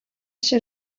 się